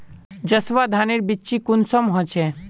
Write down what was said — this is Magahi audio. जसवा धानेर बिच्ची कुंसम होचए?